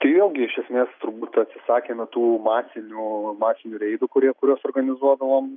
tai vėlgi iš esmės turbūt atsisakėme tų masinių masinių reidų kurie kuriuos organizuodavom